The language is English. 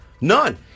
None